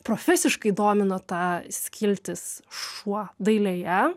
profesiškai domina ta skiltis šuo dailėje